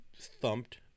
thumped